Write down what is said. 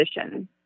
position